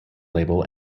label